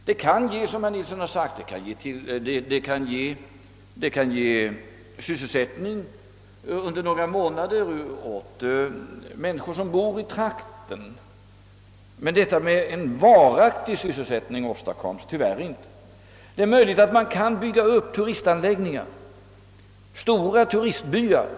Det kan, som herr Nilsson i Östersund sade, ges sysselsättning under några månader åt människor som bor i trakten, men en varaktig sysselsättning åstadkoms tyvärr inte. Det är möjligt att man kan bygga upp turistanläggningar, stora turistbyar.